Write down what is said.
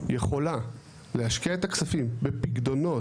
יכולה להשקיע את הכספים בפיקדונות,